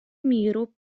миру